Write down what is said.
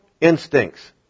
instincts